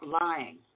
lying